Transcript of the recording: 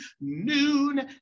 noon